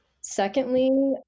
Secondly